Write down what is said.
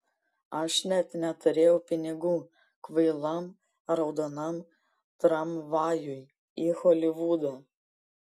aš net neturėjau pinigų kvailam raudonam tramvajui į holivudą